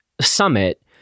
summit